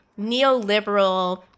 neoliberal